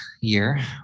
year